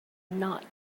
not